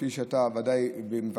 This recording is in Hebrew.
כפי שאתה בוודאי מבקש,